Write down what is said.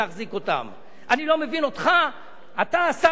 אתה, השר המופקד על זה, איך לא הפכת פה את השולחן?